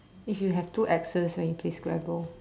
if you have two Xs when you play scrabble